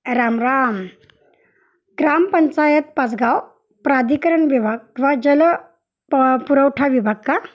राम राम ग्रामपंचायत पाचगाव प्राधिकरण विभाग किंवा जल प पुरवठा विभाग का